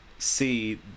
see